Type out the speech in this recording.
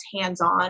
hands-on